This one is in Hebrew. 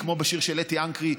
כמו בשיר של אתי אנקרי,